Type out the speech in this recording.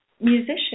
musician